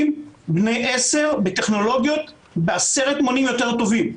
בני 10 בטכנולוגיות בעשרת מונים יותר טובות.